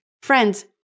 friends